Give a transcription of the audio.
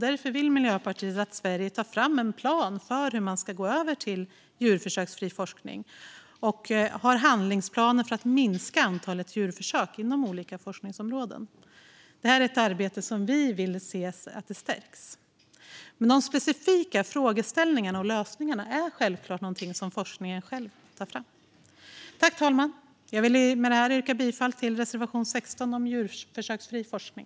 Därför vill Miljöpartiet att Sverige tar fram en plan för hur man ska gå över till djurförsöksfri forskning och handlingsplaner för att minska antalet djurförsök inom olika forskningsområden. Detta är ett arbete som vi vill se stärkas, men de specifika frågeställningarna och lösningarna är självklart någonting som forskningen själv får ta fram. Herr talman! Jag vill med det yrka bifall till reservation 16 om djurförsöksfri forskning.